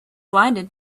blinded